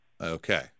Okay